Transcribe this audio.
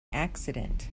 accident